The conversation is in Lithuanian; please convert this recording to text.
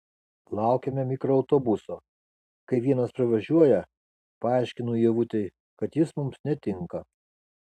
laukiame mikroautobuso kai vienas pravažiuoja paaiškinu ievutei kad jis mums netinka